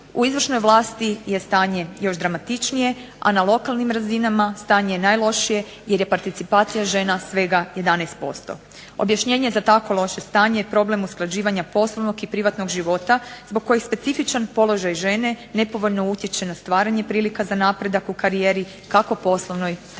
U izvršnoj vlasti je stanje još dramatičnije. A na lokalnim razinama stanje je najlošije, jer je participacija žena svega 11%. Objašnjenje za tako loše stanje je problem usklađivanja poslovnog i privatnog života zbog kojih specifičan položaj žene nepovoljno utječe na stvaranje prilika za napredak u karijeri kako poslovnoj, tako i